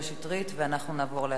נעבור להצבעה.